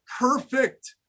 perfect